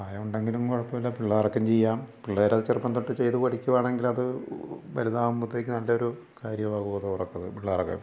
പ്രായമുണ്ടെങ്കിലും കുഴപ്പമില്ല പിള്ളേർക്കും ചെയ്യാം പിള്ളേര് അത് ചെറുപ്പം തൊട്ട് ചെയ്തു പഠിക്കുകയാണെങ്കിൽ അത് വലുതാകുമ്പോഴത്തേക്കും നല്ല ഒരു കാര്യമാകും അത് അവർക്ക് അത് പിള്ളേർക്ക്